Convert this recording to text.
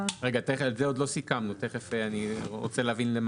צריך להגיד את